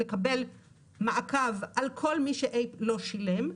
לקבל מעקב על כל מי שלא שילם,